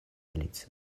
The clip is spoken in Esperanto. alicio